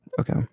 Okay